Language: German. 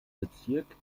bezirk